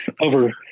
over